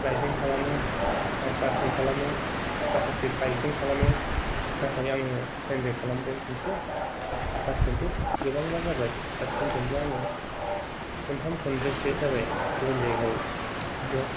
प्लाइदजों खालामो आरो बासजों खालामो माखासे बाइक जों खालामो नाथाय आङो ट्रेनजों खालामदों खनसे बासजोंथ' गोबां बार जाबाय आरो ट्रेनजोंबो आङो खनथाम खनब्रैसो जाबाय गुबुन जायगायाव बे